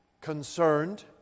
concerned